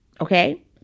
Okay